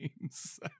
games